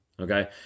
Okay